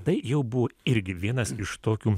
tai jau buvo irgi vienas iš tokių